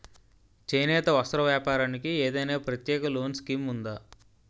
చేనేత వస్త్ర వ్యాపారానికి ఏదైనా ప్రత్యేక లోన్ స్కీం ఉందా?